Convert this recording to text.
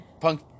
Punk